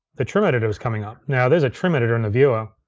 the trim editor was coming up. now there's a trim editor in the viewer,